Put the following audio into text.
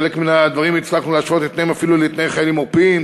בחלק מן הדברים הצלחנו להשוות את תנאיהם אפילו לתנאי חיילים עורפיים,